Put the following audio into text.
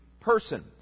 person